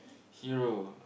hero